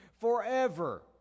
forever